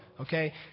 Okay